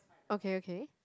okay okay